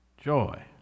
Joy